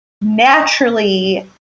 naturally